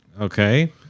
Okay